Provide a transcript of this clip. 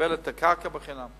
שיקבל את הקרקע בחינם,